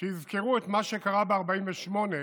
שיזכרו את מה שקרה ב-1948,